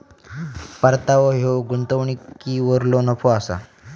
परतावो ह्यो गुंतवणुकीवरलो नफो असा